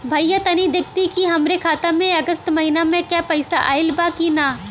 भईया तनि देखती की हमरे खाता मे अगस्त महीना में क पैसा आईल बा की ना?